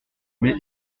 mais